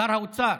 שר האוצר,